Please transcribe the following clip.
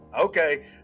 Okay